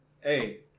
Hey